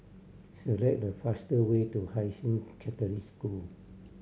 select the faster way to Hai Sing Catholic School